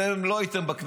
אתם לא הייתם אז בכנסת,